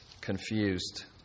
confused